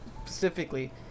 specifically